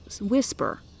whisper